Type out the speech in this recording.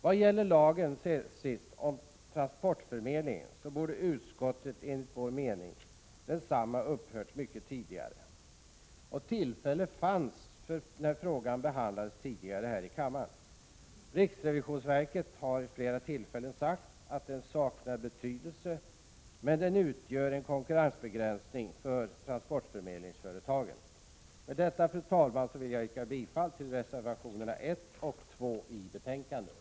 Vad till sist gäller lagen om transportförmedling borde denna enligt vår mening redan ha upphört. Tillfälle att slopa den fanns när frågan tidigare behandlades här i kammaren. Riksrevisionsverket har vid flera tillfällen sagt att den lagen saknar betydelse, men den utgör en konkurrensbegränsning för transportförmedlingsföretagen. Med det anförda, fru talman, vill jag yrka bifall till reservationerna 1 och 2 vid betänkandet.